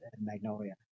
Magnolia